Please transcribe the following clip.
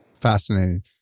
Fascinating